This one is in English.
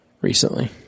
recently